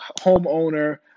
homeowner